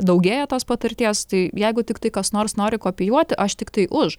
daugėja tos patirties tai jeigu tiktai kas nors nori kopijuoti aš tiktai už